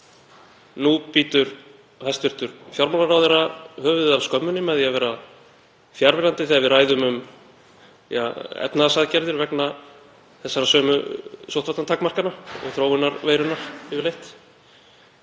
Nú bítur hæstv. fjármálaráðherra höfuðið af skömminni með því að vera fjarverandi þegar við ræðum um efnahagsaðgerðir vegna þessara sömu sóttvarnatakmarkana og þróun veirunnar yfirleitt.